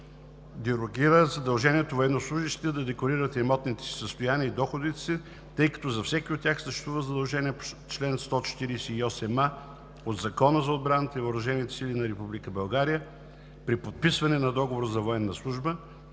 дерогира задължението военнослужещи да декларират имотните си състояния и доходите си, тъй като за всеки един от тях съществува задължение по чл. 148а от Закона за отбраната и въоръжените сили на Република България – при подписване на договор за военна служба,